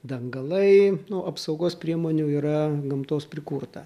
dangalai nu apsaugos priemonių yra gamtos prikurta